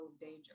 danger